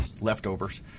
leftovers